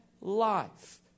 life